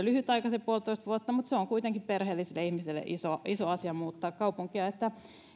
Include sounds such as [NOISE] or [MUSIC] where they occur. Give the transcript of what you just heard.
[UNINTELLIGIBLE] lyhyt aika mutta se on on kuitenkin perheellisille ihmisille iso iso asia muuttaa kaupunkia